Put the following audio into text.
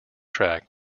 track